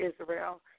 Israel